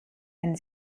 wenn